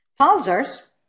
Pulsars